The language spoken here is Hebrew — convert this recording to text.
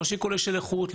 לא שיקולים של איכות,